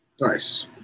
Nice